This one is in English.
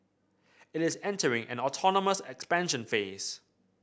it is entering an autonomous expansion phase